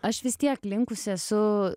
aš vis tiek linkusi esu